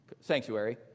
sanctuary